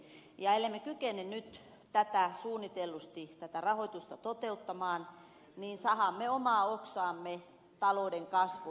ja ellemme kykene nyt suunnitellusti tätä rahoitusta toteuttamaan niin sahaamme omaa oksaamme talouden kasvulta